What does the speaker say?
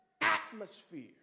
atmosphere